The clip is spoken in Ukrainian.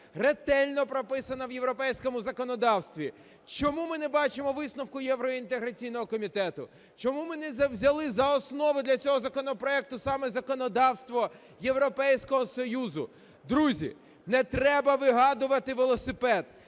ретельна прописана в європейському законодавстві, чому ми не бачимо висновку євроінтеграційного комітету? Чому ми не взяли за основу для цього законопроекту саме законодавство Європейського Союзу? Друзі, не треба вигадувати велосипед,